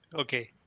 Okay